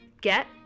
get